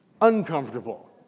uncomfortable